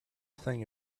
thing